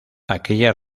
aquella